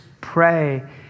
pray